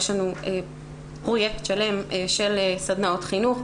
יש לנו פרויקט שלם של סדנאות חינוך.